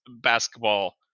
basketball